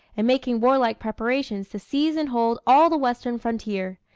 and making warlike preparations to seize and hold all the western frontier.